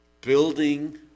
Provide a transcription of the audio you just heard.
building